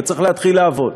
וצריך להתחיל לעבוד.